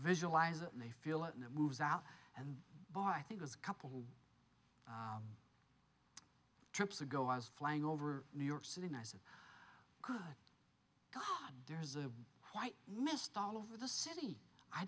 visualize it and they feel it and it moves out and boy i think was a couple of trips ago i was flying over new york city and i said good god there's a white mist all over the city i